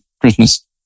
Christmas